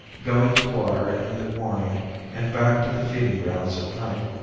going to water in the morning and back to the feeding grounds at night.